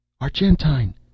Argentine